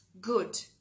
good